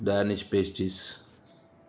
Danish pastries